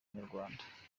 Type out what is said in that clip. inyarwanda